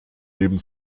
leben